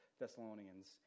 Thessalonians